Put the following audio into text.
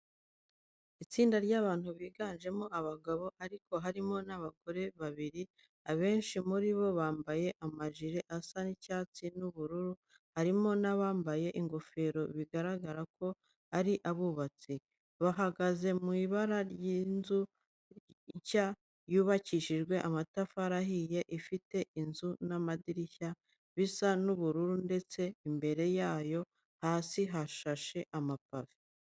Itsinda ry'abantu biganjemo abagabo ariko harimo n'abagore babiri. Abenshi muri bo bambaye amajire asa icyatsi n'ubururu, harimo n'abambaye ingofero bigaragara ko ari abubatsi. Bahagaze mu ibaraza ry'inzu nshya yubakishije amatafari ahiye, ifite inzugi n'amadirishya bisa ubururu ndetse imbere yayo hasi hashashe amapave.